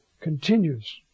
continues